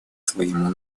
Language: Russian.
своему